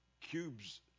cubes